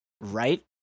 right